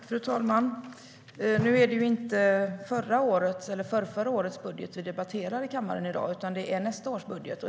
Fru talman! Nu är det inte förra eller förrförra årets budget som vi debatterar i kammaren i dag, utan det är nästa års budget.